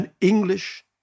English